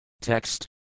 Text